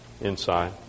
inside